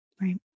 Right